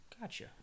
Gotcha